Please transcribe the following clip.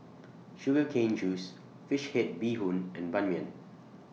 Sugar Cane Juice Fish Head Bee Hoon and Ban Mian